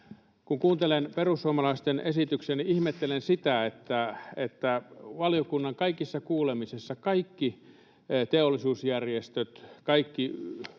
Kun kuuntelen perussuomalaisten esityksiä, niin ihmettelen niitä, sillä valiokunnan kaikissa kuulemisessa kaikki teollisuusjärjestöt, kaikki